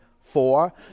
four